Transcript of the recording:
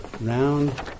round